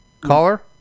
Caller